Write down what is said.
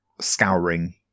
scouring